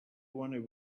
wanted